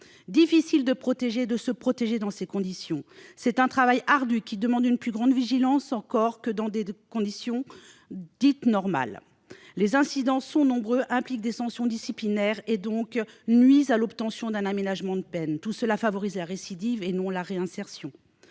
Difficile de protéger et de se protéger dans ces conditions. C'est un travail ardu qui demande une plus grande vigilance encore que dans des conditions dites « normales ». Les incidents sont nombreux, ils impliquent des sanctions disciplinaires et donc nuisent à l'obtention d'un aménagement de peine. Tout cela favorise la récidive, non la réinsertion.